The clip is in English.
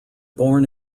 born